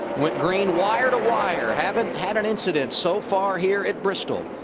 went green wire to wire. haven't had an incident so far here at bristol.